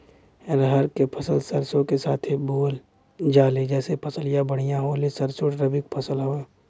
रहर क फसल सरसो के साथे बुवल जाले जैसे फसलिया बढ़िया होले सरसो रबीक फसल हवौ